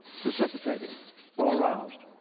precipitated or aroused.